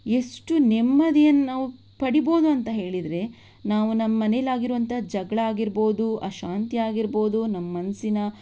ಎಷ್ಟು ನೆಮ್ಮದಿಯನ್ನು ನಾವು ಪಡಿಬಹುದು ಅಂತ ಹೇಳಿದರೆ ನಾವು ನಮ್ಮ ಮನೆಯಲ್ಲಾಗಿರುವಂಥ ಜಗಳ ಆಗಿರಬಹುದು ಅಶಾಂತಿ ಆಗಿರಬಹುದು ನಮ್ಮ ಮನಸ್ಸಿನ